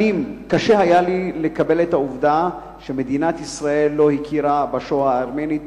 שנים קשה היה לי לקבל את העובדה שמדינת ישראל לא הכירה בשואה הארמנית,